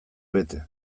bete